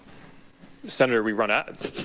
senator, we run ads